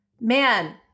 man